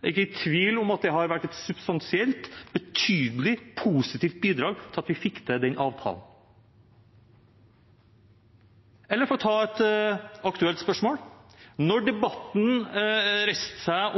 er jeg ikke i tvil om at det har vært et substansielt, betydelig og positivt bidrag til at vi fikk til den avtalen. Eller for å ta et aktuelt spørsmål: Da debatten